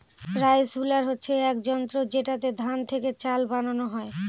rice huller হচ্ছে এক যন্ত্র যেটাতে ধান থেকে চাল বানানো হয়